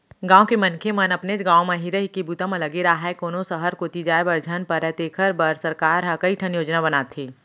गाँव के मनखे मन अपनेच गाँव म ही रहिके बूता म लगे राहय, कोनो सहर कोती जाय बर झन परय तेखर बर सरकार ह कइठन योजना बनाथे